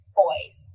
boys